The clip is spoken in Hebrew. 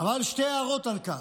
אבל שתי הערות על כך: